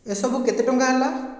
ଏସବୁ କେତେ ଟଙ୍କା ହେଲା